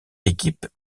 équipe